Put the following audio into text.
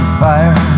fire